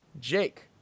Jake